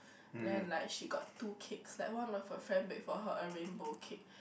then like she got two cakes like one of her friend bake for her a rainbow cake